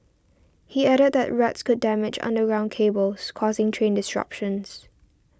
he added that rats could damage underground cables causing train disruptions